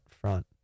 front